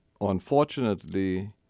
unfortunately